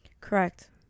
correct